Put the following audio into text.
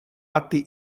atti